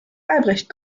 albrecht